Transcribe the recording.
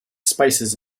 spices